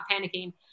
panicking